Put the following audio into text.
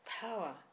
power